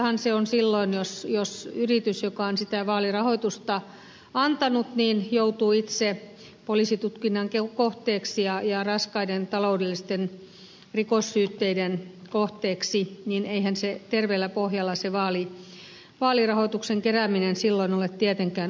kyseenalaistahan se on silloin jos yritys joka on sitä vaalirahoitusta antanut joutuu itse poliisitutkinnan kohteeksi ja raskaiden talousrikossyytteiden kohteeksi eihän se terveellä pohjalla se vaalirahoituksen kerääminen silloin ole tietenkään ollut